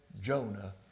Jonah